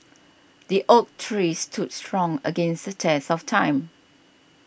the oak tree stood strong against the test of time